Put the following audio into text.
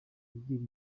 abwira